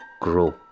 grow